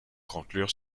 conclure